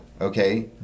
okay